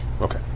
Okay